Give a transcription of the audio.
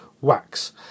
wax